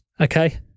okay